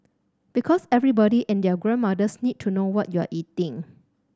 because everybody and their grandmothers need to know what you're eating